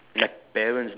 like parents